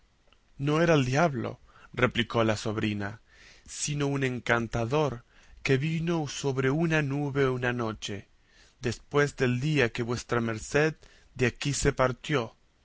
no era diablo replicó la sobrina sino un encantador que vino sobre una nube una noche después del día que vuestra merced de aquí se partió